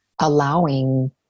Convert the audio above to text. allowing